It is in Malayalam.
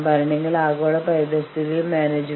ഞങ്ങൾ വരുന്നത് വളരെ ദൂരത്ത് നിന്നാണ്